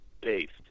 based